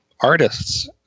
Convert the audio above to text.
artists